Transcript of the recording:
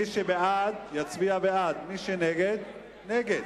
מי שבעד, יצביע בעד, ומי שנגד, נגד.